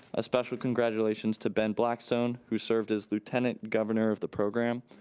a special congratulations to ben blackstone who served as lieutenant governor of the program.